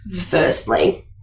firstly